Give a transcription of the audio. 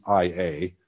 IA